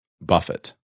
Buffett